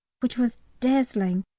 which was dazzling,